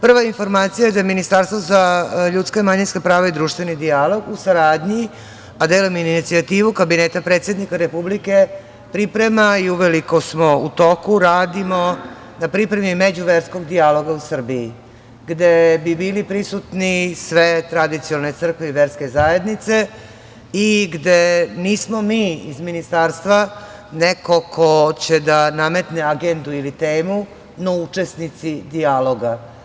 Prva informacija je da Ministarstvo za ljudska i manjinska prava i društveni dijalog u saradnji, a delom inicijative Kabineta predsednika Republike, priprema i uveliko smo u toku, radimo na pripremi međuverskog dijaloga u Srbiji gde bi bili prisutni sve tradicionalne crkve i verske zajednice i gde nismo mi iz Ministarstva neko ko će da nametne agendu ili temu, no učesnici dijaloga.